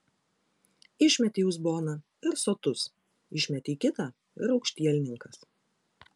išmetei uzboną ir sotus išmetei kitą ir aukštielninkas